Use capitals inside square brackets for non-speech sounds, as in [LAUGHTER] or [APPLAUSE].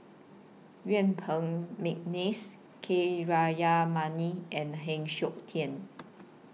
Yuen Peng Mcneice K [UNINTELLIGIBLE] and Heng Siok Tian